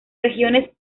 regiones